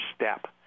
step